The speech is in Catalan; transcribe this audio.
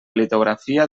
litografia